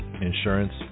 insurance